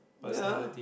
ya